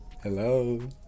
Hello